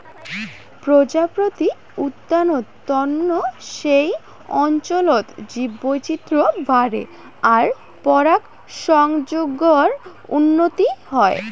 প্রজাপতি উদ্যানত তন্ন সেই অঞ্চলত জীববৈচিত্র বাড়ে আর পরাগসংযোগর উন্নতি হই